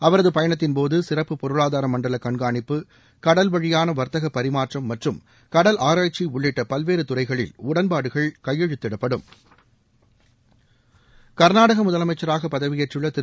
அவரது பயணத்தின்போது சிறப்பு பொருளாதார மண்டல கண்காணிப்பு கடல்வழியான வர்த்தக பரிமாற்றம் மற்றும் கடல்ஆராய்ச்சி உள்ளிட்ட பல்வேறு துறைகளில் உடன்பாடுகள் கையெழுத்திடப்படும் கர்நாடக முதலமைச்சராக பதவியேற்றுள்ள திரு